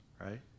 right